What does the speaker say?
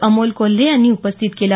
अमोल कोल्हे यांनी उपस्थित केला